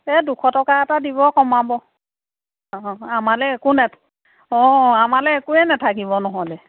সেই দুশ টকা এটা দিব কমাব অঁ আমালৈ একো নেথা অঁ আমালৈ একোৱে নেথাকিব নহ'লে